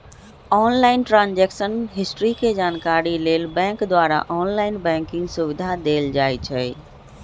online transaction history के जानकारी लेल बैंक द्वारा ऑनलाइन बैंकिंग सुविधा देल जाइ छइ